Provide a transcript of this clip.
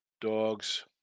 dogs